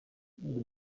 would